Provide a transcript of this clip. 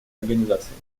организациями